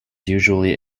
usually